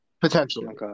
potentially